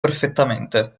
perfettamente